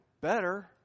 better